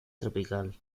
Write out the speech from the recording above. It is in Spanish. tropical